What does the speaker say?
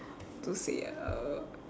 how to say ah uh